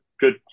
good